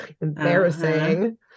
embarrassing